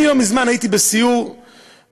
אני לא מזמן הייתי בסיור בעמותה,